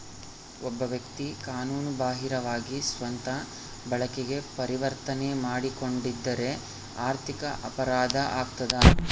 ಒಬ್ಬ ವ್ಯಕ್ತಿ ಕಾನೂನು ಬಾಹಿರವಾಗಿ ಸ್ವಂತ ಬಳಕೆಗೆ ಪರಿವರ್ತನೆ ಮಾಡಿಕೊಂಡಿದ್ದರೆ ಆರ್ಥಿಕ ಅಪರಾಧ ಆಗ್ತದ